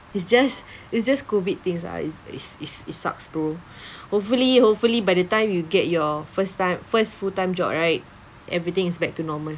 it's just it's just COVID things ah it's it's it's it sucks bro hopefully hopefully by the time you get your first time first full time job right everything is back to normal